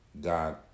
God